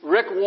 Rick